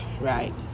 right